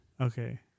Okay